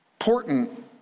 important